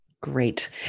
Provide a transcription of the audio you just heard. Great